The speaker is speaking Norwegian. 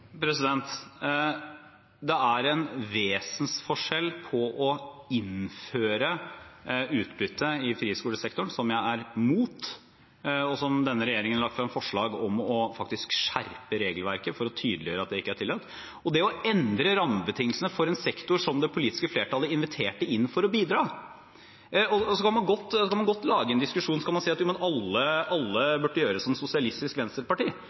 å innføre utbytte i friskolesektoren, som jeg er imot, og som denne regjeringen har lagt frem forslag om faktisk å skjerpe regelverket for, for å tydeliggjøre at det ikke er tillatt, og det å endre rammebetingelsene for en sektor som det politiske flertallet inviterte inn for å bidra. Så kan man godt lage en diskusjon og si at alle burde gjøre som Sosialistisk Venstreparti og lage et ideologisk prinsipp som sier at